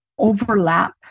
overlap